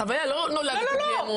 זה מהחוויה, לא נולדתי בלי אמון.